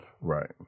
Right